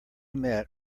met